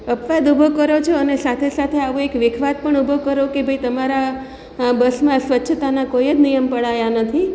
અપવાદ ઊભો કરો છો અને સાથે સાથે આવો એક વિખવાદ પણ ઊભો કરો કે ભાઈ તમારા આ બસમાં સ્વચ્છતાના કોઇ જ નિયમ પળાયા નથી